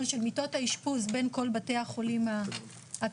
של מיטות האשפוז בין כל בתי החולים הכלליים.